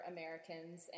Americans